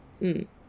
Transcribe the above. mm